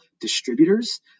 distributors